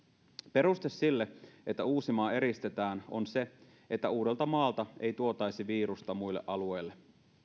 peruste sille että uusimaa eristetään on se että uudeltamaalta ei tuotaisi virusta muille alueille